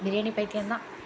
பிரியாணி பைத்தியம் தான்